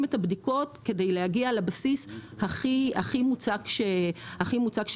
את הבדיקות כדי להגיע לבסיס הכי מוצק שניתן.